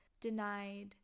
denied